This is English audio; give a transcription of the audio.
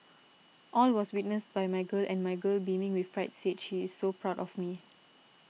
all was witnessed by my girl and my girl beaming with pride said she is so proud of me